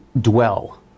dwell